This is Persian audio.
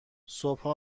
صبحا